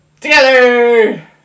Together